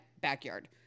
backyard